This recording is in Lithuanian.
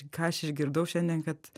ką aš išgirdau šiandien kad